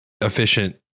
efficient